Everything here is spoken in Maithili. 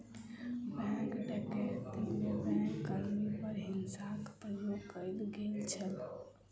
बैंक डकैती में बैंक कर्मी पर हिंसाक प्रयोग कयल गेल छल